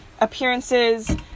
appearances